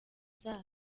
zayo